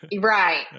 Right